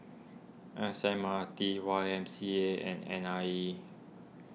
S M R T Y M C A and N I E